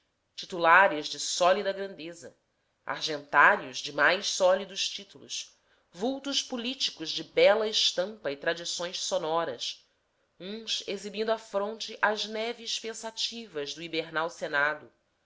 titulares de sólida grandeza argentários de mais sólidos títulos vultos políticos de bela estampa e tradições sonoras uns exibindo à fronte as neves pensativas do hibernal senado